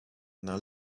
now